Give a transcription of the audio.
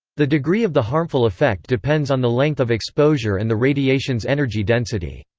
the degree of the harmful effect depends on the length of exposure and the radiation's energy density.